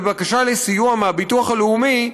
בבקשה לסיוע מהביטוח הלאומי,